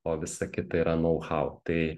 o visa kita yra nau hau tai